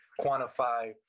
quantify